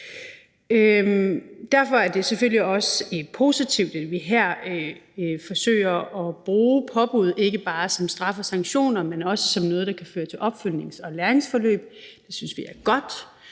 Derfor er det selvfølgelig også positivt, at vi her forsøger at bruge påbud, ikke bare som straffesanktioner, men også som noget, der kan føre til opfølgnings- og læringsforløb. Det synes vi er godt.